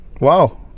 Wow